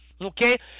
Okay